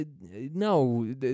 no